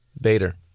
Bader